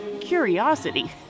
curiosity